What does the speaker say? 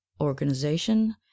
Organization